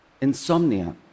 Insomnia